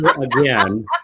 again